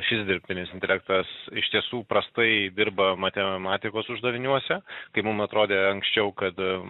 šis dirbtinis intelektas iš tiesų prastai dirba matematikos uždaviniuose tai mum atrodė anksčiau kada